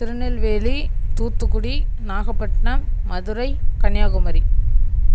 Tirunelveli Thoothukudi Nagapattinam Madurai Kanyakumari